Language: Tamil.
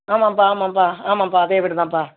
ஆமாம்பா ஆமாம்பா ஆமாம்பா அதே வீடு தான்பா